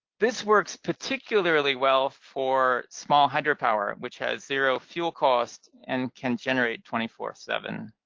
this works particularly well for small hydropower which has zero fuel costs and can generate twenty four seven.